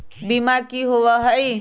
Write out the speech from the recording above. बीमा की होअ हई?